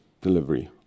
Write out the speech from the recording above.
delivery